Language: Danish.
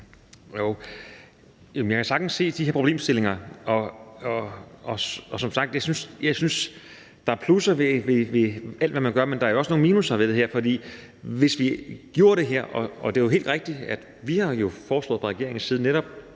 Jeg kan sagtens se de her problemstillinger, og der er plusser ved alt, hvad man gør, men jeg synes som sagt, at der jo også er nogle minusser ved det her, hvis vi gjorde det. Det er jo helt rigtigt, at vi har foreslået fra regeringens side,